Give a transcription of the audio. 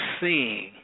seeing